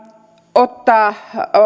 ottaa